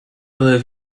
były